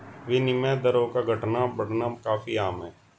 विनिमय दरों का घटना बढ़ना काफी आम है